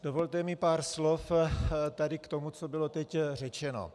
Dovolte mi pár slov tady k tomu, co bylo teď řečeno.